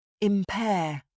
Impair